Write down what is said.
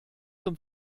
zum